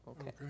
Okay